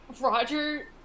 Roger